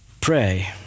pray